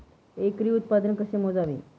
एकरी उत्पादन कसे मोजावे?